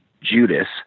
Judas